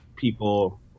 people